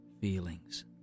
feelings